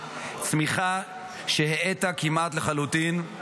צמיחה שהאטה כמעט לחלוטין,